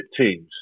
teams